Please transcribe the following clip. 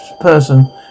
person